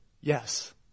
yes